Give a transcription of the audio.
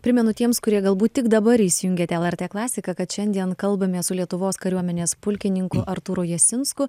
primenu tiems kurie galbūt tik dabar įsijungėt lrt klasiką kad šiandien kalbamės su lietuvos kariuomenės pulkininku artūru jasinsku